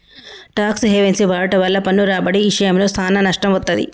talks havens వాడుట వల్ల పన్ను రాబడి ఇశయంలో సానా నష్టం వత్తది